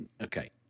okay